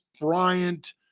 Bryant